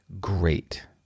great